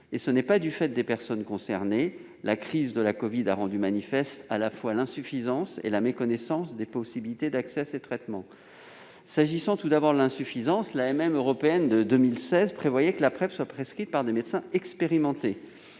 n'est pas imputable aux personnes concernées. La crise de la covid a rendu manifestes à la fois l'insuffisance et la méconnaissance des possibilités d'accès à ces traitements. S'agissant tout d'abord de l'insuffisance, l'AMM européenne de 2016 prévoyait que la PrEP soit prescrite par des médecins expérimentés,